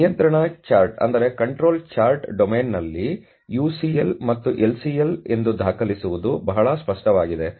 ಆದ್ದರಿಂದ ನಿಯಂತ್ರಣ ಚಾರ್ಟ್ ಡೊಮೇನ್ನಲ್ಲಿ UCL ಮತ್ತು LCL ಎಂದು ದಾಖಲಿಸುವುದು ಬಹಳ ಸ್ಪಷ್ಟವಾಗಿದೆ